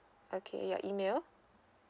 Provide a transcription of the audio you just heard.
okay your email